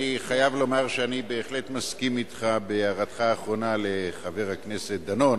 אני חייב לומר שאני בהחלט מסכים אתך בהערתך האחרונה לחבר הכנסת דנון.